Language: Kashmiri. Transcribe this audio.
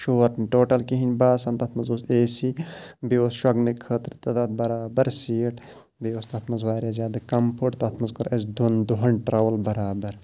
شور نہٕ ٹوٹَل کِہیٖنۍ باسان تَتھ منٛز اوس اے سی بیٚیہِ اوس شۄنٛگنٕکۍ خٲطرٕ تہِ تَتھ بَرابَر سیٖٹ بیٚیہِ اوس تَتھ منٛز واریاہ زیادٕ کَمفٲٹ تَتھ منٛز کوٚر اَسہِ دۄن دۄہَن ٹرٛاوٕل بَرابَر